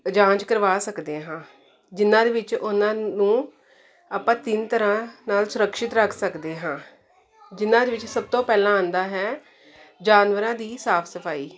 ਜਾਂਚ ਕਰਵਾ ਸਕਦੇ ਹਾਂ ਜਿਹਨਾਂ ਦੇ ਵਿੱਚ ਉਹਨਾਂ ਨੂੰ ਆਪਾਂ ਤਿੰਨ ਤਰ੍ਹਾਂ ਨਾਲ ਸੁਰਕਸ਼ਿਤ ਰੱਖ ਸਕਦੇ ਹਾਂ ਜਿਹਨਾਂ ਦੇ ਵਿੱਚ ਸਭ ਤੋਂ ਪਹਿਲਾਂ ਆਉਂਦਾ ਹੈ ਜਾਨਵਰਾਂ ਦੀ ਸਾਫ ਸਫਾਈ